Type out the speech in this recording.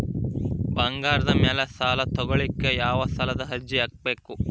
ಬಂಗಾರದ ಮ್ಯಾಲೆ ಸಾಲಾ ತಗೋಳಿಕ್ಕೆ ಯಾವ ಸಾಲದ ಅರ್ಜಿ ಹಾಕ್ಬೇಕು?